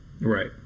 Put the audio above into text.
Right